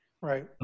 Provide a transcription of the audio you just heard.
Right